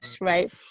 right